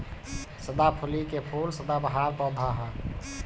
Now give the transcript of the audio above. सदाफुली के फूल सदाबहार पौधा ह